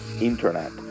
internet